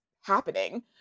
happening